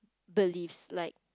beliefs like